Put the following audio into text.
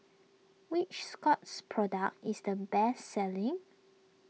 which Scott's product is the best selling